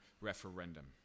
referendum